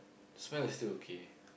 smell is still okay